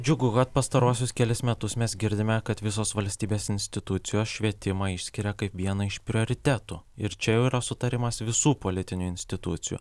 džiugu kad pastaruosius kelis metus mes girdime kad visos valstybės institucijos švietimą išskiria kaip vieną iš prioritetų ir čia jau yra sutarimas visų politinių institucijų